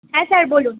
হ্যাঁ স্যার বলুন